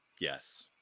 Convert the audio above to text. Yes